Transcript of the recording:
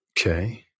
okay